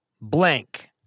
Blank